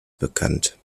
bekannt